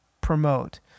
promote